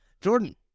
Jordan